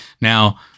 Now